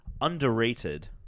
underrated